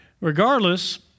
Regardless